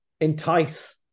entice